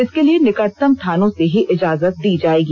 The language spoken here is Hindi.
इसके लिए निकटतम थानों से ही इजाजत दी जाएगी